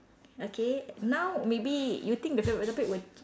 okay now maybe you think the favorite topic would